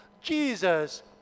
Jesus